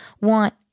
want